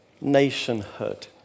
nationhood